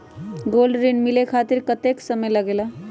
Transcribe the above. Gold ऋण मिले खातीर कतेइक समय लगेला?